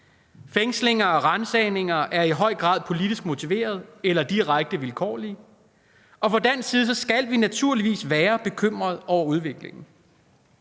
Fængslinger og ransagninger er i høj grad politisk motiverede eller direkte vilkårlige, og fra dansk side skal vi naturligvis være bekymret over udviklingen.